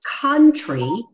country